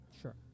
Sure